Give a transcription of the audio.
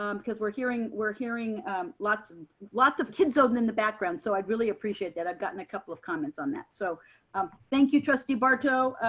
um because we're hearing we're hearing lots and lots of kids talking um in the background so i'd really appreciate that. i've gotten a couple of comments on that. so um thank you trustee barto.